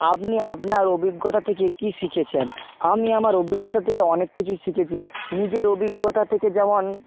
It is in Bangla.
আপনি আপনার অভিজ্ঞতা থেকে কী শিখেছেন আমি আমার অভিজ্ঞতা থেকে অনেক কিছুই শিখেছি নিজের অভিজ্ঞতা থেকে যেমন